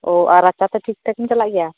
ᱚ ᱟᱨ ᱨᱟᱪᱟ ᱥᱮᱡ ᱴᱷᱤᱠᱼᱴᱷᱟᱠᱮᱢ ᱪᱟᱞᱟᱜ ᱜᱮᱭᱟ